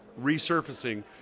resurfacing